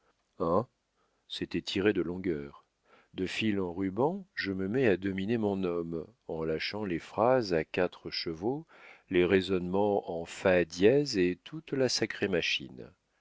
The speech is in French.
c'était tiré de longueur de fil en ruban je me mets à dominer mon homme en lâchant les phrases à quatre chevaux les raisonnements en fa dièze et toute la sacrée machine